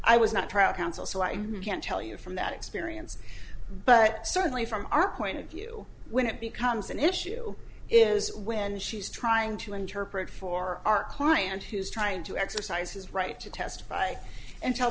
i was not proud counsel so i can't tell you from that experience but certainly from our point of view when it becomes an issue is when she's trying to interpret for our client who's trying to exercise his right to testify and tell